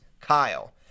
Kyle